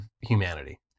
humanity